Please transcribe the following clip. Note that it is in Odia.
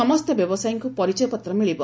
ସମସ୍ତ ବ୍ୟବସାୟୀଙ୍କୁ ପରିଚୟପତ୍ର ମିଳିବ